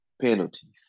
penalties